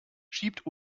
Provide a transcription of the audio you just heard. schiebt